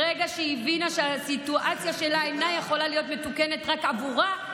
ברגע שהיא הבינה שהסיטואציה שלה אינה יכולה להיות מתוקנת רק עבורה,